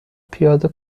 پیاده